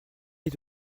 est